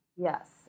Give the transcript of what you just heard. Yes